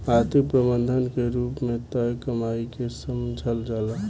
आर्थिक प्रबंधन के रूप में तय कमाई के समझल जाला